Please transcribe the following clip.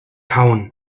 hauen